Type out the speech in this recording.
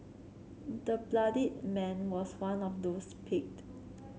the bloodied man was one of those picked